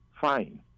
fine